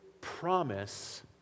promise